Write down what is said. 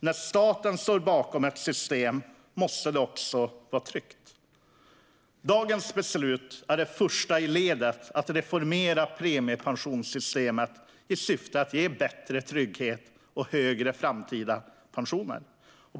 När staten står bakom ett system måste det också vara tryggt. Dagens beslut är det första i ledet att reformera premiepensionssystemet i syfte att ge bättre trygghet och högre framtida pensioner.